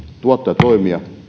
ja toimia